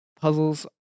puzzles